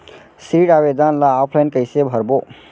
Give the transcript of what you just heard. ऋण आवेदन ल ऑफलाइन कइसे भरबो?